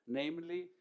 namely